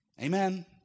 Amen